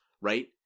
right